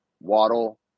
Waddle